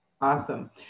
awesome